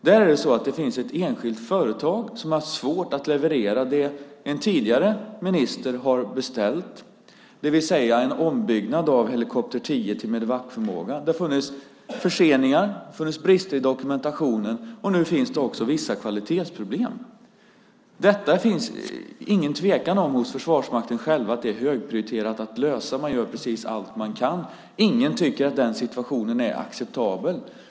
Där är det ett enskilt företag som har haft svårt att leverera det en tidigare minister har beställt, det vill säga en ombyggnad av helikopter 10 till Medevacförmåga. Det har funnits förseningar, det har funnits brister i dokumentationen, och nu finns det också vissa kvalitetsproblem. Det finns ingen tvekan hos Försvarsmakten själv om att det är högprioriterat att lösa detta. Man gör precis allt man kan. Ingen tycker att situationen är acceptabel.